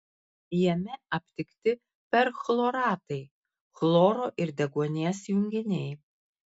jame aptikti perchloratai chloro ir deguonies junginiai